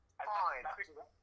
Fine